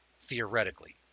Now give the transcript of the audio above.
theoretically